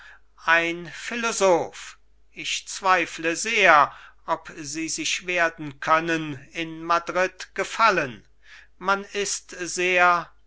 ein philosoph ich zweifle sehr ob sie sich werden können in madrid gefallen man ist sehr